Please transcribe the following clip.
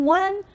one